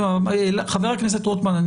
חבר הכנסת רוטמן,